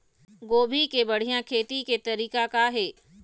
गोभी के बढ़िया खेती के तरीका का हे?